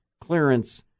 clearance